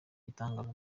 gitangaza